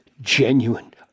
genuine